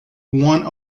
one